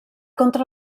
contra